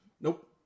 Nope